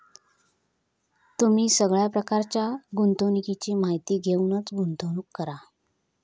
तुम्ही सगळ्या प्रकारच्या गुंतवणुकीची माहिती घेऊनच गुंतवणूक करा